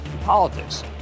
politics